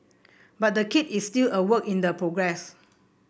but the kit is still a work in progress